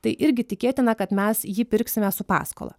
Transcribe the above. tai irgi tikėtina kad mes jį pirksime su paskola